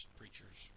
preachers